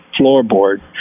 floorboard